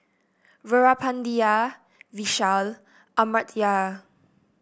Veerapandiya Vishal Amartya